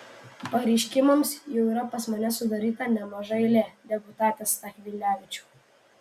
pareiškimams jau yra pas mane sudaryta nemaža eilė deputate stakvilevičiau